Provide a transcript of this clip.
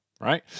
right